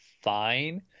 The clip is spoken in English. fine